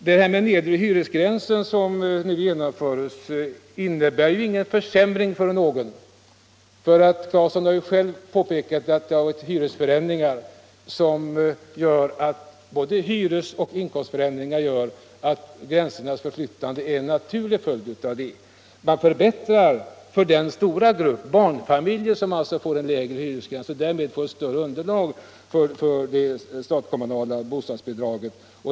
Detta med en nedre hyresgräns som nu genomföres innebär ingen försämring för någon. Herr Claeson har ju själv påpekat att vi fått hyresförändringar. Inkomstförändringarna gör dessutom att gränsernas förflyttande blir en naturlig följd. Man förbättrar för den stora gruppen barnfamiljer som får en lägre hyresgräns och därmed ett större underlag för det statskommunala bostadsbidraget.